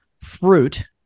fruit